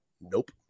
Nope